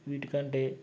వీటికంటే